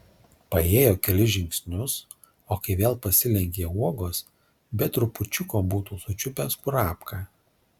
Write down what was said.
paėjo kelis žingsnius o kai vėl pasilenkė uogos be trupučiuko būtų sučiupęs kurapką